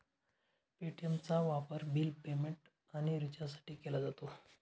पे.टी.एमचा वापर bill payment आणि रिचार्जसाठी केला जातो